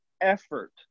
effort